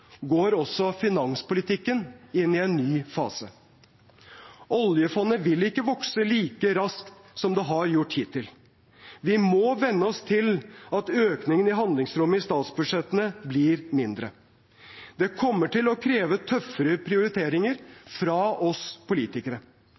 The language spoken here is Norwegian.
går også finanspolitikken inn i en ny fase. Oljefondet vil ikke vokse like raskt som det har gjort hittil. Vi må venne oss til at økningen i handlingsrommet i statsbudsjettene blir mindre. Det kommer til å kreve tøffere prioriteringer